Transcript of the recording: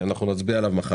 נצביע עליו מחר.